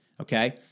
okay